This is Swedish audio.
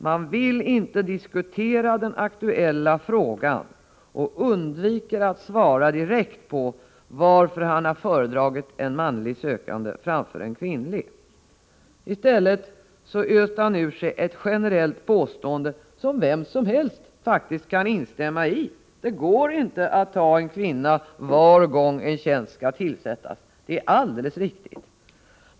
Han vill inte diskutera den aktuella frågan och undviker att svara direkt på varför han har föredragit en manlig sökande framför en kvinnlig. I stället öser han ur sig ett generellt påstående, som vem som helst faktiskt kan instämma i. Man kan inte ta en kvinna var gång en tjänst skall tillsättas, det är alldeles riktigt.